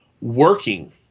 Working